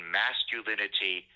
masculinity